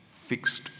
fixed